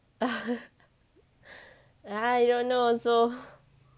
ah I don't know also